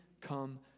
come